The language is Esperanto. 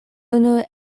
unu